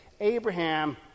Abraham